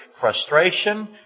frustration